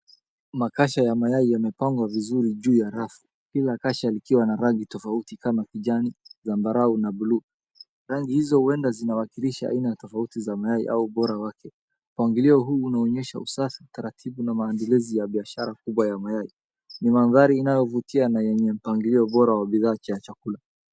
Makasha ya mayai yamepangwa vizuri juu ya rafu. Kila kasha lina rangi tofauti kama kijani, zambarau, na buluu. Rangi hizo huenda zinawakilisha aina tofauti za mayai au ubora wake. Upangilio huu unaonesha usafi, utaratibu na maendelezi ya biashara kubwa ya mayai. Ni mandhari inayovutia na yenye mpangilio bora wa bidhaa za chakula.